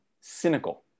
cynical